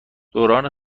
دوران